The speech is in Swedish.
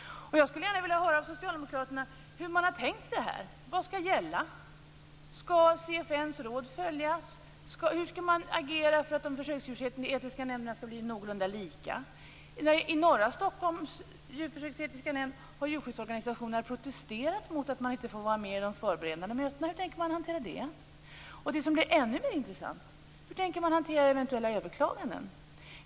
Jag skulle gärna vilja höra från socialdemokraterna hur man har tänkt sig detta. Vad skall gälla? Skall norra Stockholms djurförsöksetiska nämnd har djurskyddsorganisationerna protesterat mot att man inte får vara med i de förberedande mötena. Hur tänker man hantera det? Det som blir ännu mer intressant är hur man tänker hantera eventuella överklaganden.